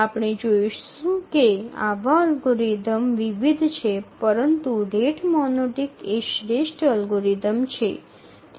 આપણે જોઈશું કે આવા અલ્ગોરિધમ વિવિધ છે પરંતુ રેટ મોનોટોનિક એ શ્રેષ્ઠ અલ્ગોરિધમ છે